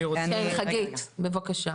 חגית בבקשה.